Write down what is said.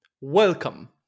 welcome